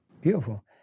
Beautiful